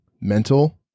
mental